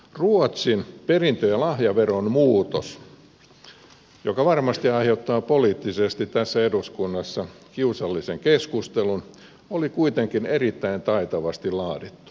ruotsin perintö ja lahjaveron muutos joka varmasti aiheuttaa poliittisesti tässä eduskunnassa kiusallisen keskustelun oli kuitenkin erittäin taitavasti laadittu